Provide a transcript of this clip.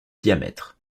diamètre